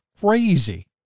crazy